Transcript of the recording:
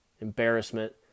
embarrassment